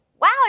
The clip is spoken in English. Wow